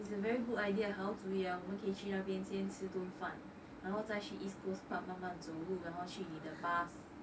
is a very good idea 好主意啊我们可以去那边先吃顿饭然后再去 east coast park 慢慢走路然后去你的 bars